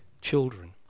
children